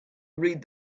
read